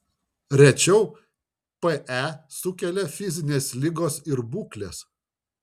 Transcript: rečiau pe sukelia fizinės ligos ir būklės